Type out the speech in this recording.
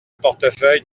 portefeuille